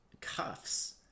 cuffs